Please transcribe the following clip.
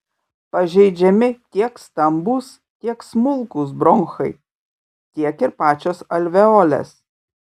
pažeidžiami tiek stambūs tiek smulkūs bronchai tiek ir pačios alveolės